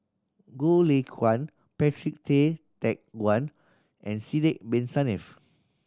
Goh Lay Kuan Patrick Tay Teck Guan and Sidek Bin Saniff